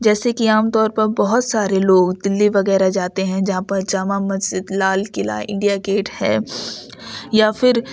جیسے کہ عام طور پر بہت سارے لوگ دلی وغیرہ جاتے ہیں جہاں پر جامع مسجد لال قلعہ انڈیا گیٹ ہے یا پھر